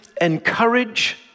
encourage